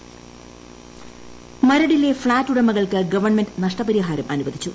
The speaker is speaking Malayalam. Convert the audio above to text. മരട് കൊച്ചി മരടിലെ ഫ്ളാറ്റ് ഉടമകൾക്ക് ഗവൺമെന്റ് നഷ്ടപരിഹാരം അനുവദിച്ചു